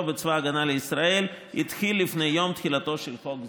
בצבא ההגנה לישראל התחיל לפני יום תחילתו של חוק זה".